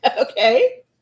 Okay